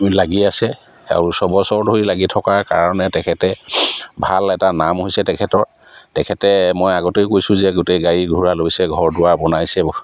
লাগি আছে আৰু ছবছৰ ধৰি লাগি থকাৰ কাৰণে তেখেতে ভাল এটা নাম হৈছে তেখেতৰ তেখেতে মই আগতেই কৈছোঁ যে গোটেই গাড়ী ঘোঁৰা লৈছে ঘৰ দুৱাৰ বনাইছে